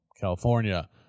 California